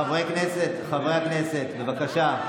חברי הכנסת, בבקשה.